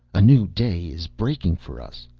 a new day is breaking for us!